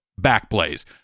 Backblaze